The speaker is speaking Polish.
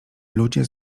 ludzie